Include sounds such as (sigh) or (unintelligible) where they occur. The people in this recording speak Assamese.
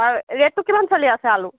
(unintelligible) ৰেটটো কিমান চলি আছে আলু